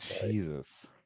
Jesus